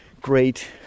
great